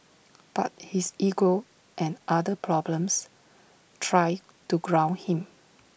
but his ego and other problems try to ground him